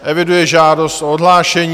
Eviduji žádost o odhlášení.